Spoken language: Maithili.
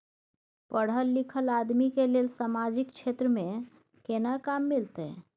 पढल लीखल आदमी के लेल सामाजिक क्षेत्र में केना काम मिलते?